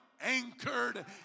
anchored